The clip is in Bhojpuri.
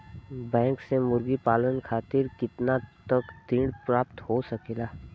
बैंक से मुर्गी पालन खातिर कितना तक ऋण प्राप्त हो सकेला?